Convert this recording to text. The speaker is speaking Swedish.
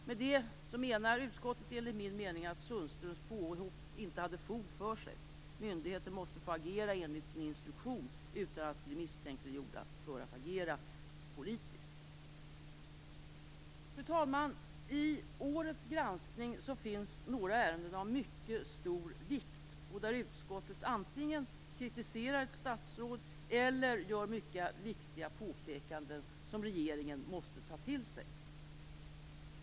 Med detta menar utskottet, enligt min mening, att Sundströms påhopp inte hade fog för sig. Myndigheter måste få agera enligt sin instruktion utan att bli misstänkliggjorda för att agera politiskt. Fru talman! I årets granskning finns några ärenden av mycket stor vikt, där utskottet antingen kritiserar ett statsråd eller gör mycket viktiga påpekanden som regeringen måste ta till sig.